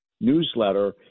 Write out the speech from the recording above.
newsletter